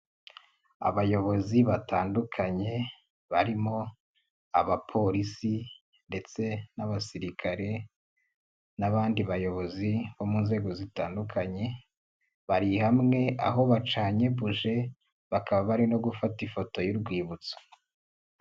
Abayobozi batandukanye barimo abapolisi ndetse n'abasirikare, n'abandi bayobozi bo mu nzego zitandukanye, bari hamwe aho bacanye buje bakaba bari no gufata ifoto y'urwibutso.